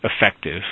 effective